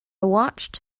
watched